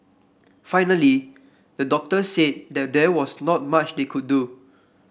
finally the doctors said that there was not much they could do